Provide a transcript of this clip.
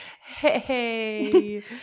hey